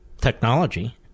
technology